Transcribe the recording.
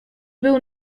był